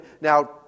Now